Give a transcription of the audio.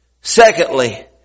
secondly